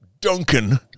Duncan